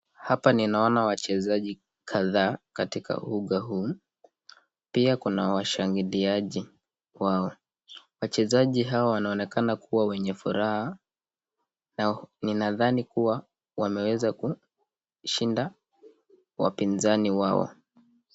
Hapa ninaona wachezaji kadhaa katika uga huu pia kuna washangiliaji wao. Wachezaji hawa wanaonekana kuwa wenye furaha na ninadhani kuwa wameweza kushinda wapinzani wao.